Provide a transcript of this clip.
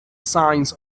signs